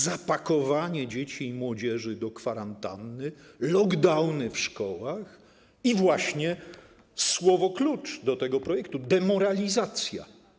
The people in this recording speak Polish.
Zapakowanie dzieci i młodzieży do kwarantanny, lockdowny w szkołach i właśnie słowo klucz do tego projektu - demoralizacja.